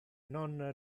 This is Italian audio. non